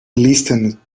listened